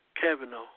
Kavanaugh